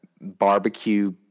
barbecue